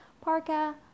parka